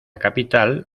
capital